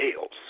sales